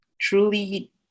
truly